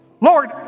Lord